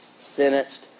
sentenced